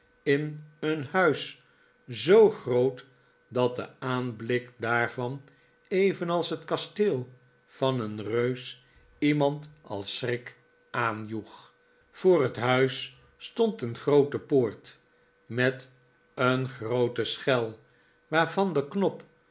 in een huis zoo groot dat de aanblik daarvan evenals het kasteel van een reus iemand al schrik aanjoeg voor het huis stond een groote poort met een groote schel waarvan de knop